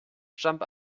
jump